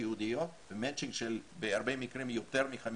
יהודיות ומצ'ינג בהרבה מקרים של יותר מ-50%,